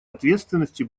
ответственности